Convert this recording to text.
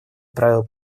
правил